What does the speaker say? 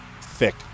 Thick